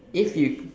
if you